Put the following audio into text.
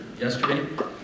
yesterday